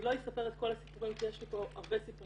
אני לא אספר את כל הסיפורים כי יש לי פה הרבה סיפורים.